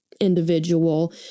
individual